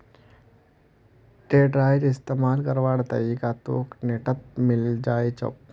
टेडरेर इस्तमाल करवार तरीका तोक नेटत मिले जई तोक